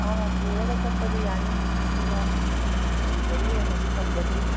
ꯑꯧ ꯄꯨꯔꯒ ꯆꯠꯄꯗꯤ ꯌꯥꯅꯤ ꯑꯗꯨꯒ ꯗꯤꯂꯤꯕꯔꯤ ꯑꯣꯏꯅꯗꯤ ꯇꯧꯖꯗ꯭ꯔꯤ